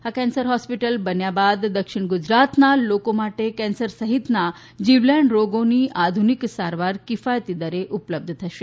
આ cancer hospital બન્યા બાદ દક્ષિણ ગુજરાતનાં લોકો માટે કેન્સર સહિતના જીવલેણ રોગની આધુનિક સારવાર કિફાયતી દરે ઉપલબ્ઘ થશે